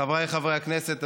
חבריי חברי הכנסת,